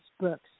books